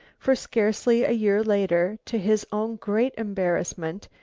for scarcely a year later, to his own great embarrassment,